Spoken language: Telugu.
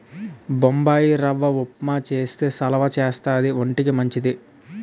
బొంబాయిరవ్వ ఉప్మా చేస్తే సలవా చేస్తది వంటికి మంచిది